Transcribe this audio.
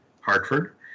hartford